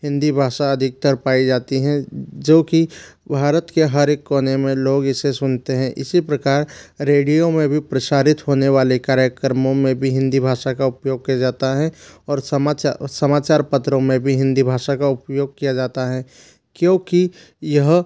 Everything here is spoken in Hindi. हिंदी भाषा अधिकतर पाई जाती है जो कि भारत के हर एक कोने में लोग इसे सुनते हैं इसी प्रकार रेडियो में भी प्रसारित होने वाले कार्यक्रमों में भी हिंदी भाषा का उपयोग किया जाता है और समाचा समाचार पत्रो में भी हिंदी भाषा का उपयोग किया जाता है क्योंकि यह